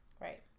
Right